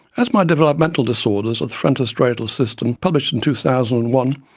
as my developmental disorders of the frontostriatal system, published in two thousand and one,